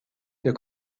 der